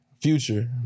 Future